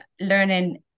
learning